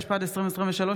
התשפ"ד 2023,